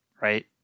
right